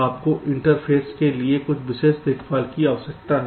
तो आपको इनइंटरफेस के लिए कुछ विशेष देखभाल की आवश्यकता है